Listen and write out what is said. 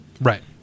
Right